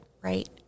Right